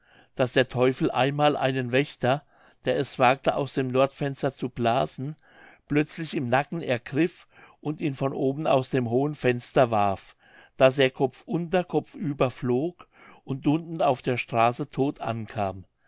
daß der teufel einmal einen wächter der es wagte aus dem nordfenster zu blasen plötzlich im nacken ergriff und ihn von oben aus dem hohen fenster warf daß er kopf unter kopf über flog und unten auf der straße todt ankam